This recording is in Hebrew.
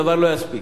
הדבר לא יספיק.